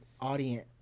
audience